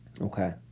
Okay